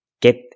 get